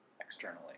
externally